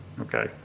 Okay